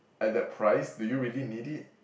at that price do you really need it